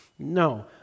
No